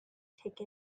take